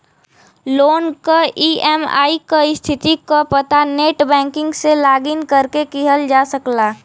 loan क EMI क स्थिति क पता नेटबैंकिंग से लॉगिन करके किहल जा सकला